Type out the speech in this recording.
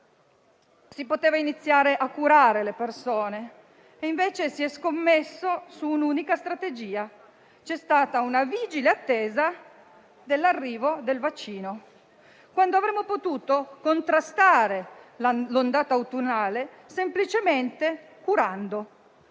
si poteva iniziare a curare le persone, mentre si è scommesso su un'unica strategia. C'è stata una vigile attesa dell'arrivo del vaccino, quando avremmo potuto invece contrastare l'ondata autunnale semplicemente curando.